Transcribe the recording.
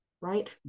right